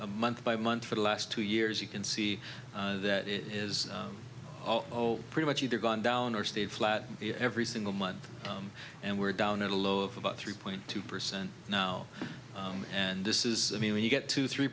a month by month for the last two years you can see that it is pretty much either gone down or stayed flat every single month and we're down at a low of about three point two percent now and this is me when you get to three